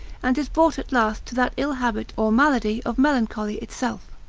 and is brought at last to that ill habit or malady of melancholy itself.